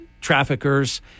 traffickers